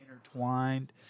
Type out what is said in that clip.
intertwined